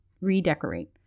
redecorate